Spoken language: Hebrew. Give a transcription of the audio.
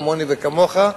כמוני וכמוך,